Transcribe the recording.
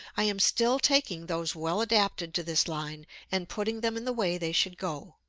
i am still taking those well adapted to this line and putting them in the way they should go.